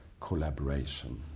collaboration